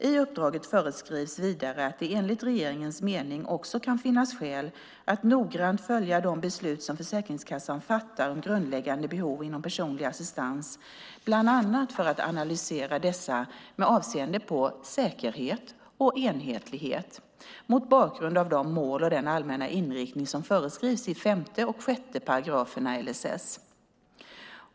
I uppdraget föreskrivs vidare att det enligt regeringens mening också kan finnas skäl att noggrant följa de beslut som Försäkringskassan fattar om grundläggande behov inom personlig assistans, bland annat för att analysera dessa med avseende på säkerhet och enhetlighet mot bakgrund av de mål och den allmänna inriktning som föreskrivs i 5 och 6 §§ LSS.